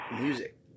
music